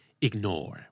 Ignore